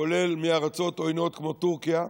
כולל מארצות עוינות כמו טורקיה,